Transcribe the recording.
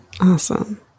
Awesome